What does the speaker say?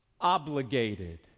Obligated